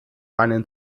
einen